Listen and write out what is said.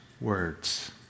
words